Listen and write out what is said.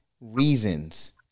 reasons